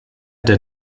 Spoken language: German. der